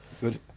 Good